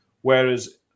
Whereas